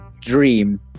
Dream